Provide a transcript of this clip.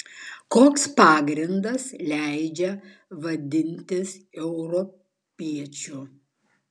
koks pagrindas leidžia vadintis europiečiu